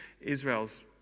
Israel's